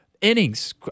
innings